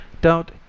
doubt